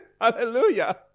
Hallelujah